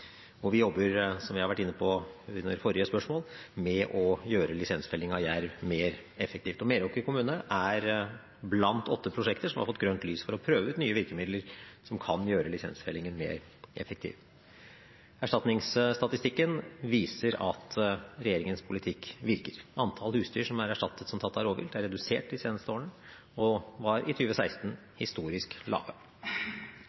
Vi jobber – som jeg var inne på under forrige spørsmål – med å gjøre lisensfelling av jerv mer effektiv. Meråker kommune er blant åtte prosjekter som har fått grønt lys for å prøve ut nye virkemidler som kan gjøre lisensfellingen mer effektiv. Erstatningsstatistikken viser at regjeringens politikk virker. Antall husdyr som er erstattet som tatt av rovvilt, er redusert de seneste årene og var i